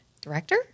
Director